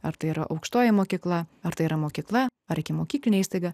ar tai yra aukštoji mokykla ar tai yra mokykla ar ikimokyklinė įstaiga